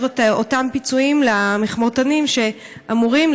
את אותם פיצויים למכמורתנים שאמורים,